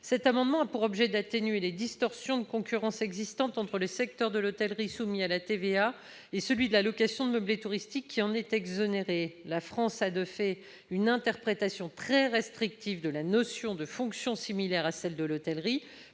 Cet amendement a pour objet d'atténuer les distorsions de concurrence qui existent entre le secteur de l'hôtellerie, soumis à la TVA, et celui de la location de meublés touristiques, qui en est exonéré. De fait, la France a une interprétation très restrictive de la notion de fonction similaire à celle de l'hôtellerie,